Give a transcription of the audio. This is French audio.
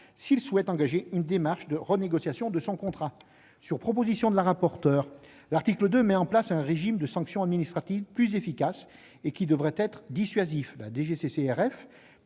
s'il souhaite engager une démarche de renégociation de son contrat. Sur proposition de Mme le rapporteur, l'article 2 met en place un régime de sanctions administratives plus efficace, voire dissuasif : la DGCCRF